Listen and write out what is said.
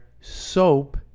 soap